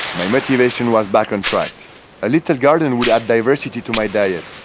my motivation was back on track a little garden would add diversity to my diet.